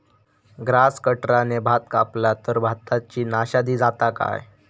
Grass कटराने भात कपला तर भाताची नाशादी जाता काय?